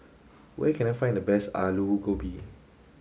where can I find the best Aloo Gobi